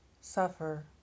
suffer